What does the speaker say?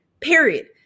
Period